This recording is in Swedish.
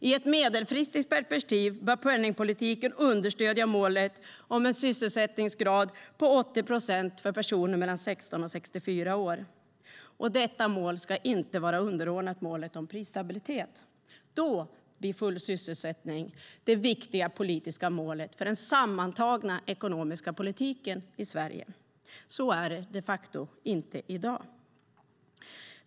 I ett medelfristigt perspektiv bör penningpolitiken understödja målet om en sysselsättningsgrad på 80 procent för personer mellan 16 och 64 år. Detta mål ska inte vara underordnat målet om prisstabilitet. Då blir full sysselsättning det viktiga politiska målet för den sammantagna ekonomiska politiken i Sverige. Så är det de facto inte i dag.